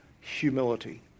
Humility